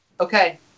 Okay